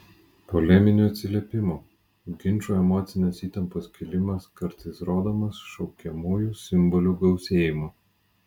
poleminių atsiliepimų ginčų emocinės įtampos kilimas kartais rodomas šaukiamųjų simbolių gausėjimu